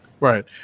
Right